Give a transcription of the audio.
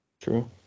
True